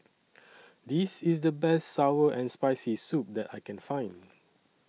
This IS The Best Sour and Spicy Soup that I Can Find